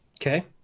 Okay